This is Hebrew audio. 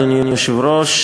אדוני היושב-ראש,